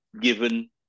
given